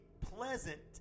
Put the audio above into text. pleasant